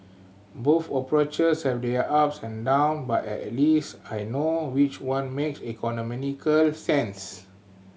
both approaches have their ups and down but at at least I know which one makes economical sense